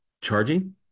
charging